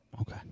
Okay